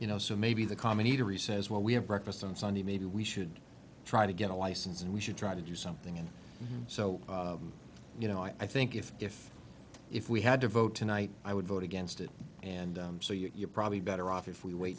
you know so maybe the common eatery says well we have breakfast on sunday maybe we should try to get a license and we should try to do something and so you know i think if if if we had a vote tonight i would vote against it and so you're probably better off if we wait